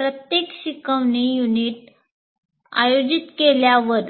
प्रत्येक शिकवणी युनिट आयोजित केल्यावर